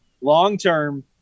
long-term